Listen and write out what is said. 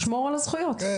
לשמור על הזכויות של הגמלאים.